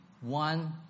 one